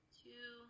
two